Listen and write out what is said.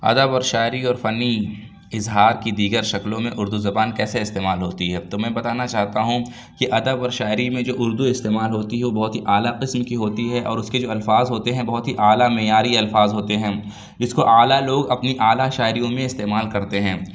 ادب اور شاعری اور فنی اظہار کی دیگر شکلوں میں اردو زبان کیسے استعمال ہوتی ہے تو میں بتانا چاہتا ہوں کہ ادب اور شاعری میں جو اردو استعمال ہوتی ہے وہ بہت ہی اعلیٰ قسم کی ہوتی ہے اور اس کے جو الفاظ ہوتے ہیں بہت ہی اعلیٰ معیاری الفاظ ہوتے ہیں جس کو اعلیٰ لوگ اپنی اعلیٰ شاعریوں میں استعمال کرتے ہیں